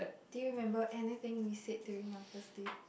do you remember anything we said during your first date